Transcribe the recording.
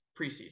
preseason